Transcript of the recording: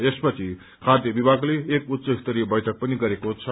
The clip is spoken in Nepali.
यसपछि खाद्य विभागले एक उच्च स्तरीय बैठक पनि गरेको छ